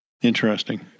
Interesting